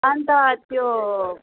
अन्त त्यो